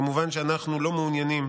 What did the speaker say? כמובן שאנחנו לא מעוניינים